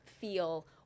feel